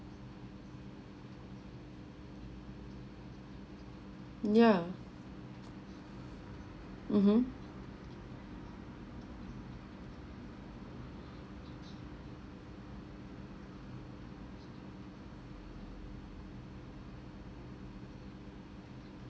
yeah mmhmm